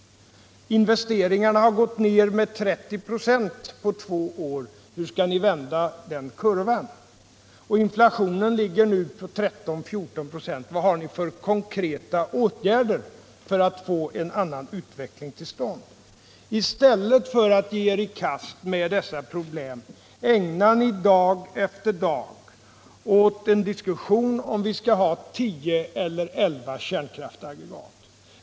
Investeringarna har gått ned med 30 96 på två år. Hur skall ni vända den kurvan? 3. Inflationen ligger nu på 13-14 96. Vilka konkreta åtgärder ämnar ni vidta för att få en annan utveckling till stånd? I stället för att ge er i kast med dessa problem ägnar ni dag efter dag åt en diskussion om vi skall ha 10 eller 11 kärnkraftsaggregat.